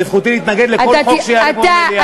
וזכותי להתנגד לכל חוק שיעלה פה במליאה.